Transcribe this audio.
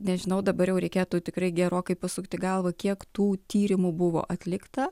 nežinau dabar jau reikėtų tikrai gerokai pasukti galvą kiek tų tyrimų buvo atlikta